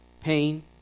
pain